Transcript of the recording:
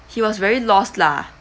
he was very lost lah